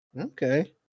Okay